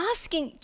asking